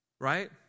Right